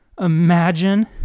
Imagine